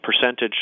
percentage